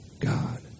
God